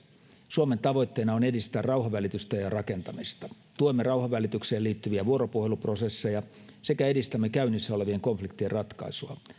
suomen tavoitteena on edistää rauhanvälitystä ja ja rakentamista tuemme rauhanvälitykseen liittyviä vuoropuheluprosesseja sekä edistämme käynnissä olevien konfliktien ratkaisua